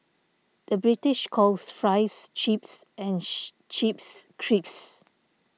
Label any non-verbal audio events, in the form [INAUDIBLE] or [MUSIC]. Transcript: the British calls Fries Chips and [NOISE] Chips Crisps